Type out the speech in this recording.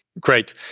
Great